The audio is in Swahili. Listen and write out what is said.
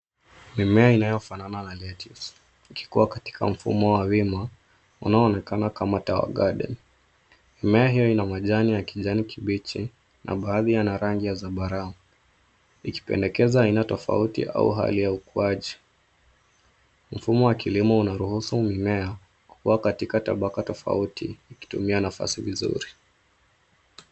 Mimea inayofanana na lettuce ikikua katika mfumo wa wima unaoonekana kama tower garden . Mimea hiyo ina majani ya kijani kibichi na baadhi yana rangi ya zambarau, ikipendekeza aina tofauti au hali ya ukuaji. Mfumo wa kilimo unaruhusu mimea kuwa katika tabaka tofauti ikitumia nafasi vizuri.